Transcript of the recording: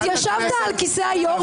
חברת הכנסת רייטן,